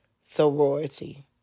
sorority